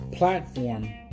platform